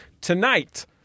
tonight